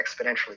exponentially